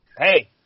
Hey